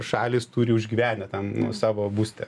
šalys turi užgyvenę tam nu savo būste